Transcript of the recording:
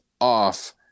off